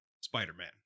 Spider-Man